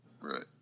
Right